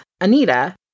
Anita